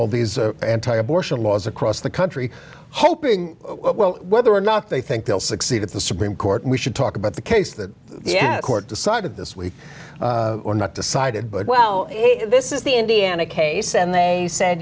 all these anti abortion laws across the country hoping whether or not they think they'll succeed at the supreme court we should talk about the case that the court decided this week or not decided but well this is the indiana case and they said